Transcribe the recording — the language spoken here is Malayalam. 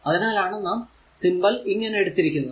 അതിനാലാണ് നാം സിംബൽ ഇങ്ങനെ എടുത്തിരിക്കുന്നത്